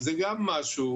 זה גם משהו.